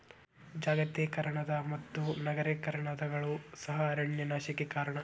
ಜಾಗತೇಕರಣದ ಮತ್ತು ನಗರೇಕರಣಗಳು ಸಹ ಅರಣ್ಯ ನಾಶಕ್ಕೆ ಕಾರಣ